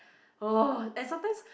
!oh! and sometimes